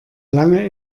lange